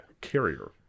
carrier